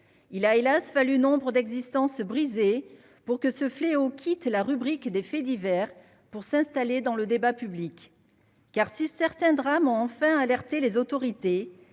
il a hélas fallu nombres d'existences brisées pour que ce fléau quitte la rubrique des faits divers pour s'installer dans le débat public, car si certains drames enfin alerter les autorités,